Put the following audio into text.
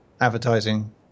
advertising